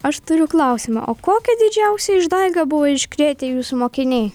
aš turiu klausimą o kokią didžiausią išdaigą buvo iškrėtę jūsų mokiniai